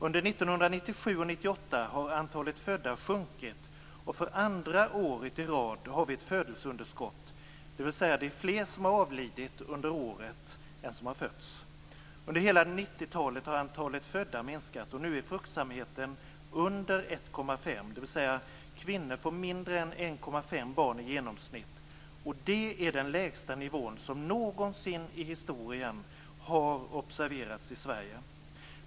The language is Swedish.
Under 1997 och 1998 har antalet födda sjunkit och för andra året i rad har vi ett födelseunderskott, dvs. det är fler som har avlidit under året än som har fötts. Under hela 90-talet har antalet födda minskat, och nu är fruktsamheten under Det är den lägsta nivån som någonsin i historien har observerats i Sverige.